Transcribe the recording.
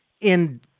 in-